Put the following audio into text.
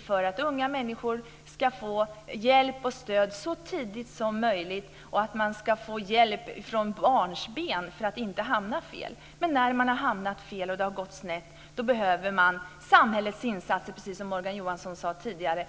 för att unga människor ska få hjälp och stöd så tidigt som möjligt, och att man ska få hjälp från barnsben för att inte hamna fel. Men när man har hamnat fel, och det har gått snett, behöver man samhällets insatser för att komma till rätta, precis som Morgan Johansson sade tidigare.